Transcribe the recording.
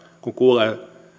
kun kuulee